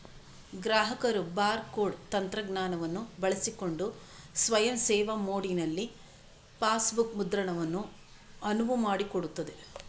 ಗ್ರಾಹಕರು bar code ತಂತ್ರಜ್ಞಾನವನ್ನು ಬಳಸಿಕೊಂಡು ಸ್ವಯಂ ಸೇವಾ ಮೋಡಿನಲ್ಲಿ ಪಾಸ್ಬುಕ್ ಮುದ್ರಣವನ್ನು ಅನುವು ಮಾಡಿಕೊಡುತ್ತದೆ